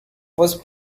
was